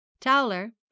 Towler